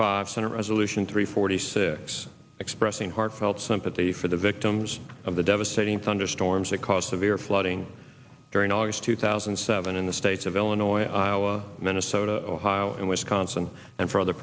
five senate resolution three forty six expressing heartfelt sympathy for the victims of the devastating thunderstorms that caused severe flooding during august two thousand and seven in the states of illinois iowa minnesota ohio and wisconsin and for other